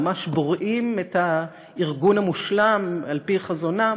ממש בוראים את הארגון המושלם על-פי חזונם.